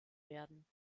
werden